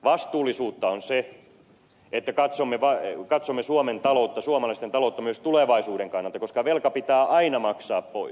vastuullisuutta on se että katsomme suomen taloutta suomalaisten taloutta myös tulevaisuuden kannalta koska velka pitää aina maksaa pois